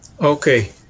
Okay